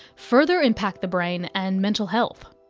further impact the brain and mental health.